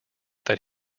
that